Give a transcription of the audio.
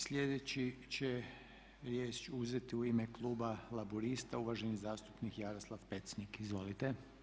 Sljedeći će riječ uzeti u ime kluba Laburista uvaženi zastupnik Jaroslav Pecnik, izvolite.